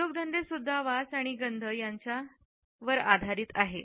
उद्योगधंदे सुद्धा वास आणि गंध यांच्या वर आधारित आहे